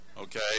Okay